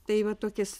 tai va tokias